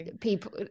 people